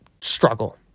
struggle